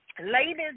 Ladies